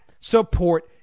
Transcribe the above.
support